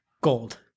gold